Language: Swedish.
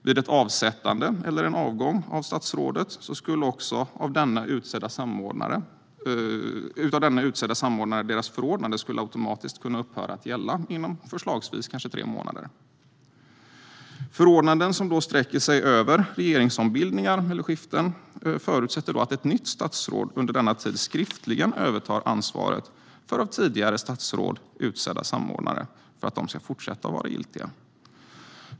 Vid ett avsättande eller en avgång av statsrådet skulle också av denne utsedda samordnares förordnanden automatiskt kunna upphöra att gälla inom förslagsvis tre månader. Förordnanden som sträcker sig över regeringsombildningar eller regeringsskiften förutsätter då att ett nytt statsråd under denna tid skriftligen övertar ansvaret för av tidigare statsråd utsedda samordnare för att de förordnandena ska fortsatta att vara giltiga.